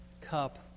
cup